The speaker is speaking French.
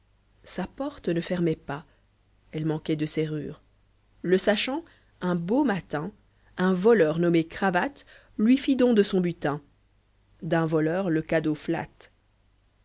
sa porte ne fermait pas elle manquait de serrure le sachant un beau matin un voleur nommé cravatto lui lit don de son butin d'un voleur le cadeau flatte